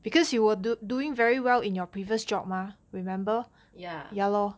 ya